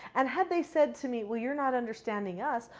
and had they said to me, well, you're not understanding us.